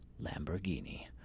Lamborghini